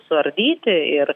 suardyti ir